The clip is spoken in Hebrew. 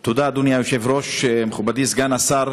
תודה, אדוני היושב-ראש, מכובדי סגן השר,